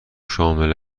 شامل